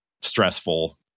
stressful